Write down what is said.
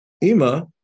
Ima